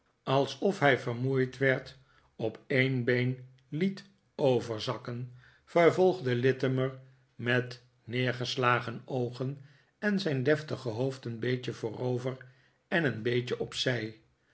alsof hij vermoeid werd op een mededeelingen van lit timer been liet overzakken vervolgde littimer met neergeslagen oogen en zijn deftige hoofd een beetje voorover en een beetje op